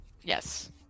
Yes